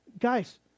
Guys